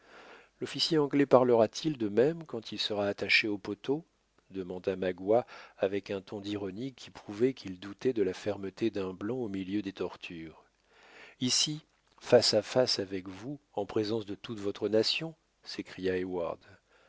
l'officier anglais parlera t il de même quand il sera attaché au poteau demanda magua avec un ton d'ironie qui prouvait qu'il doutait de la fermeté d'un blanc au milieu des tortures ici face à face avec vous en présence de toute votre nation